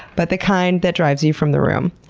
but the kind that drives you from the room.